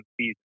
season